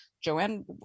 Joanne